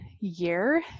year